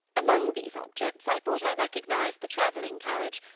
among these objects, i thought i recognized the traveling carriage,